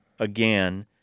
Again